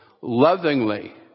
lovingly